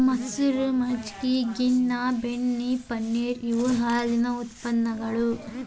ಮಸರ, ಮಜ್ಜಗಿ, ಗಿನ್ನಾ, ಬೆಣ್ಣಿ, ಪನ್ನೇರ ಇವ ಹಾಲಿನ ಉತ್ಪನ್ನಗಳು